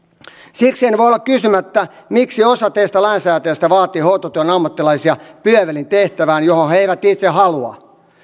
siksi en voi olla kysymättä miksi osa teistä lainsäätäjistä vaatii hoitotyön ammattilaisia pyövelin tehtävään johon he he eivät itse halua